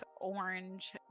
orange